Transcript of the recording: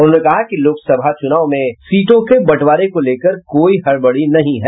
उन्होंने कहा कि लोकसभा चुनाव में सीटों के बंटवारे को लेकर कोई हड़बड़ी नहीं है